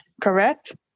correct